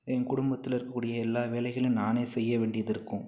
என் குடும்பத்தில் இருக்கக்கூடிய எல்லா வேலைகளும் நானே செய்ய வேண்டியது இருக்கும்